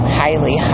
highly